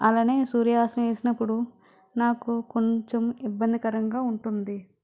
అలానే సూర్యాసనం చేసినప్పుడు నాకు కొంచెం ఇబ్బందికరంగా ఉంటుంది